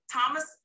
Thomas